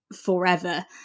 forever